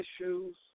issues